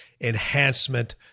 enhancement